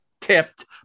tipped